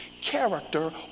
character